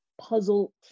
puzzle